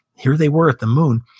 here they were at the moon,